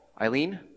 Eileen